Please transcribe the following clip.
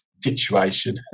situation